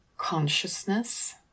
Consciousness